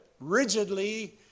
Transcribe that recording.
rigidly